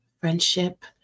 Friendship